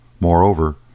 Moreover